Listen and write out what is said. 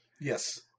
Yes